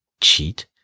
Cheat